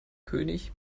könig